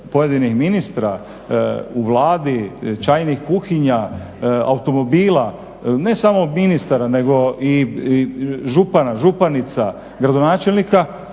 pojedinih ministara u Vladi, čajnih kuhinja, automobila ne samo ministara nego i župana, županica, gradonačelnika